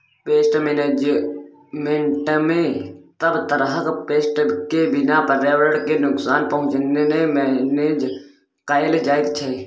pest मेनेजमेन्टमे सब तरहक पेस्ट केँ बिना पर्यावरण केँ नुकसान पहुँचेने मेनेज कएल जाइत छै